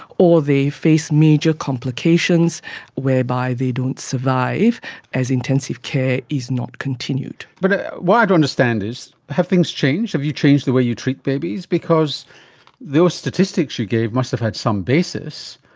or they face major complications whereby they don't survive as intensive care is not continued. but what i don't understand is have things changed? have you changed the way you treat babies? because those statistics you gave must have had some basis.